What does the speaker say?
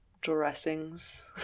dressings